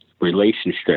relationship